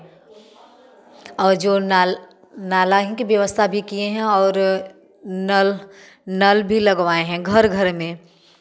और जो नाल नाला ही के व्यवस्था भी किए हैं और नल नल भी लगवाए हैं घर घर में